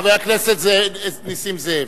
חבר הכנסת נסים זאב.